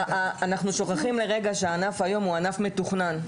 אנחנו שוכחים לרגע שהענף היום הוא ענף מתוכנן.